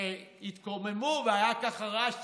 כשהתקוממו והיה רעש ציבורי,